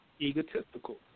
egotistical